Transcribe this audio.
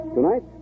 Tonight